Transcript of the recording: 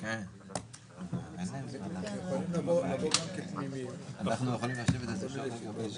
אתם מתקצבים את זה או מישהו אחר?